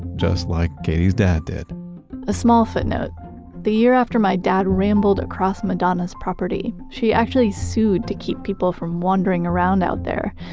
just like katie's dad did a small footnote the year after my dad rambled across madonna's property, she actually sued to keep people from wandering around out there.